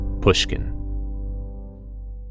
Pushkin